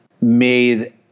made